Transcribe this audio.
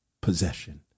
possession